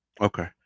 Okay